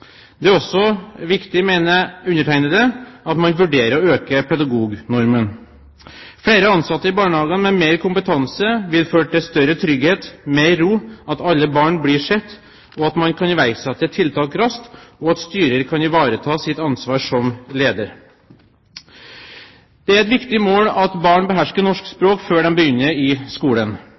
Det er også viktig, mener undertegnede, at man vurderer å heve pedagognormen. Flere ansatte med mer kompetanse i barnehagene vil føre til større trygghet, mer ro, at alle barn blir sett, at man kan iverksette tiltak raskt, og at styrer kan ivareta sitt ansvar som leder. Det er et viktig mål at barn behersker norsk språk før de begynner på skolen.